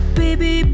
baby